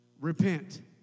repent